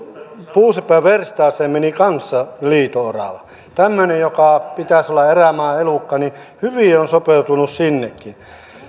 puusepänverstaaseen meni kanssa liito orava tämmöinen jonka pitäisi olla erämaan elukka hyvin on sopeutunut sinnekin